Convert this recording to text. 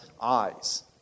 eyes